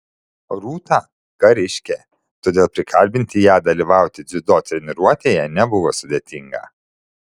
rūta kariškė todėl prikalbinti ją dalyvauti dziudo treniruotėje nebuvo sudėtinga